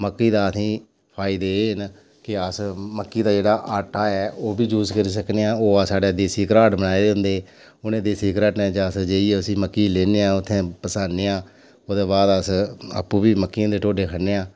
मक्की दे असें गी फायदे एह् न के अस मक्की दा जेह्ड़ा आटा ऐ ओह् बी यूज करी सकने आं साढ़े देसी घराट न बनाए दे होंदे देसी घराटें च लेइयै असें मक्की पीह्ने हां पेहान्नें आं ओह्दे बाद अस आपूं बी मक्किये दे ढोड्डे खन्ने आं